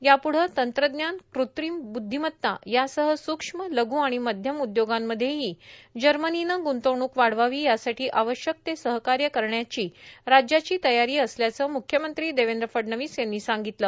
याप्ढे तंत्रज्ञानए कृत्रिम ब्द्धीमत्ता यासह स्क्ष्मए लघ् आणि मध्यम उद्योगांमध्येही जर्मनीनं गुंतवणूक वाढवावीए यासाठी आवश्यक ते सहकार्य करण्याची राज्याची तयारी असल्याचं म्ख्यमंत्री देवेंद्र फडणवीस यांनी सांगितलं